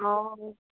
অঁ